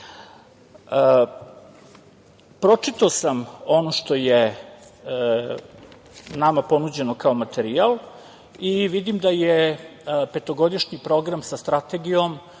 trenutak. Pročitao sam ono što je nama ponuđeno kao materijal i vidim da je petogodišnji program sa strategijom